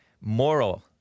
moral